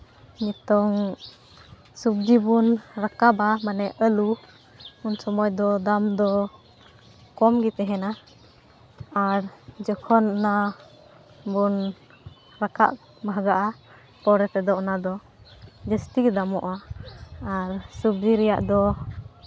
ᱱᱤᱛᱚᱝ ᱥᱚᱵᱽᱡᱤ ᱵᱳᱱ ᱨᱟᱠᱟᱵᱟ ᱢᱟᱱᱮ ᱟᱹᱞᱩ ᱩᱱ ᱥᱚᱢᱚᱭ ᱫᱚ ᱫᱟᱢ ᱫᱚ ᱠᱚᱢ ᱜᱮ ᱛᱮᱦᱮᱱᱟ ᱟᱨ ᱡᱚᱠᱷᱚᱱ ᱚᱱᱟ ᱵᱚᱱ ᱨᱟᱠᱟᱵ ᱵᱷᱟᱜᱟᱼᱟ ᱯᱚᱨᱮ ᱛᱮᱫᱚ ᱚᱱᱟ ᱫᱚ ᱡᱟᱹᱥᱛᱤ ᱜᱮ ᱫᱟᱢᱚᱜᱼᱟ ᱟᱨ ᱥᱚᱵᱽᱡᱤ ᱨᱮᱭᱟᱜ ᱫᱚ